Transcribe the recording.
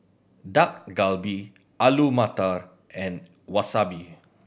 Dak Galbi Alu Matar and Wasabi